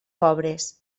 pobres